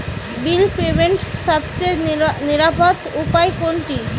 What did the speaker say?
বিল পেমেন্টের সবচেয়ে নিরাপদ উপায় কোনটি?